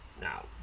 Now